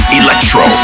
electro